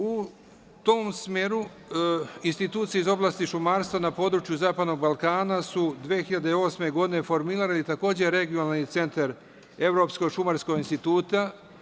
U tom smeru, institucije iz oblasti šumarstva na području zapadnog Balkana su 2008. godine formirale takođe regionalni centar Evropskog šumarskog instituta.